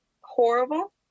horrible